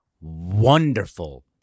wonderful